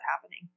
happening